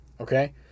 okay